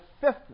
fifth